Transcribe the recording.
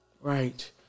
Right